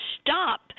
stop